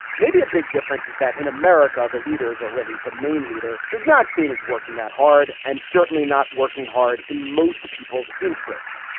maybe a big difference is that in america, the leaders are really the main leader is not seen as working that hard and certainly not working hard in most people's interest.